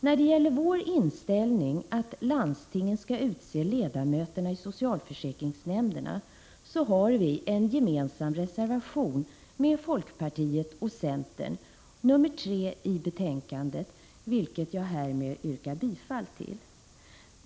När det gäller vår inställning att landstingen skall utse ledamöterna i socialförsäkringsnämnderna, så har vi en gemensam reservation med folkpartiet och centern, nr 3 i betänkandet, vilken jag härmed yrkar bifall till.